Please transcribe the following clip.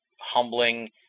humbling